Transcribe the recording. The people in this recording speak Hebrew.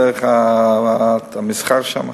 דרך אזור המסחר שם.